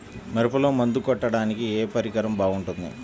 మిరపలో మందు కొట్టాడానికి ఏ పరికరం బాగుంటుంది?